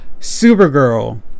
supergirl